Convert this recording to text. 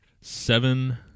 Seven